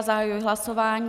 Zahajuji hlasování.